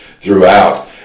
throughout